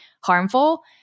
harmful